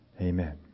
Amen